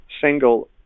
single